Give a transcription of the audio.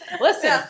listen